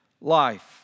life